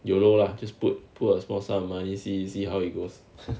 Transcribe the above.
you know lah just put put a small sum of money see see how it goes